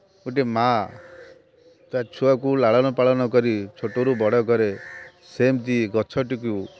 ଗୋଟେ ମାଆ ତା ଛୁଆକୁ ଲାଳନ ପାଳନ କରି ଛୋଟରୁ ବଡ଼ କରେ ସେମିତି ଗଛଟିକୁ